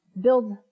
Build